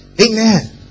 amen